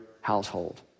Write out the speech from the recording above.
household